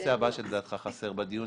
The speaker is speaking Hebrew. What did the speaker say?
למשל השפעות של הלימודים במכללות.